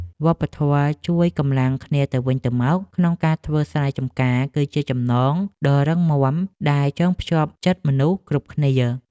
វប្បធម៌ជួយកម្លាំងគ្នាទៅវិញទៅមកក្នុងការធ្វើស្រែចម្ការ គឺជាចំណងដ៏រឹងមាំដែលចងភ្ជាប់ចិត្តមនុស្សគ្រប់គ្នា។